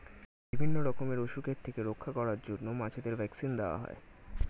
বিভিন্ন রকমের অসুখের থেকে রক্ষা করার জন্য মাছেদের ভ্যাক্সিন দেওয়া হয়